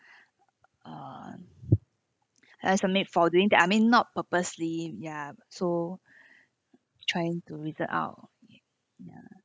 uh for doing that I mean not purposely ya so trying to reason out ya